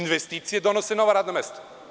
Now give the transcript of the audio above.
Investicije donose nova radna mesta.